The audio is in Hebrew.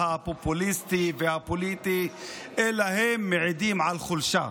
פופוליסטי ופוליטי אלא עדות לחולשה.